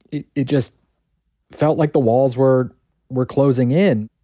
it it just felt like the walls were were closing in.